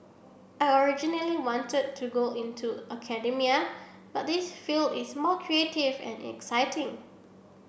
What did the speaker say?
I originally wanted to go into academia but this field is more creative and exciting